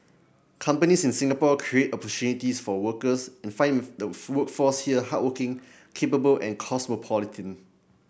companies in Singapore create opportunities for workers and find the workforce here hardworking capable and cosmopolitan